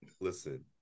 listen